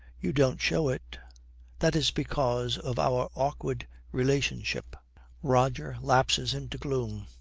you don't show it that is because of our awkward relationship roger lapses into gloom.